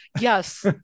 Yes